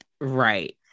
Right